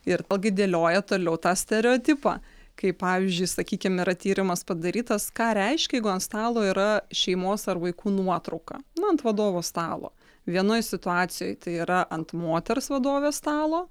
ir ogi dėlioja toliau tą stereotipą kaip pavyzdžiui sakykim yra tyrimas padarytas ką reiškia jeigu ant stalo yra šeimos ar vaikų nuotrauka na ant vadovo stalo vienoj situacijoj tai yra ant moters vadovės stalo